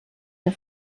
der